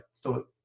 thought